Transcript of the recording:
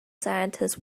scientists